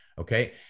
okay